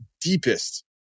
deepest